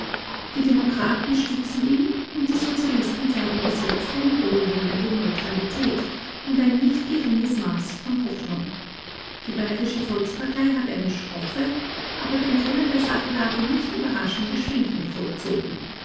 die demokraten stützen ihn und die sozialisten zeigen bis jetzt eine wohlwollende neutralität und ein nicht geringes maß von hoffnung die bayerische volkspartei hat eine schroffe aber den kenner der sachlage nicht überraschende schwenkung vollzogen